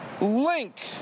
link